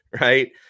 right